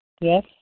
Yes